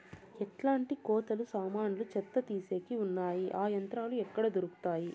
ఎట్లాంటి కోతలు సామాన్లు చెత్త తీసేకి వున్నాయి? ఆ యంత్రాలు ఎక్కడ దొరుకుతాయి?